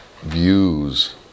views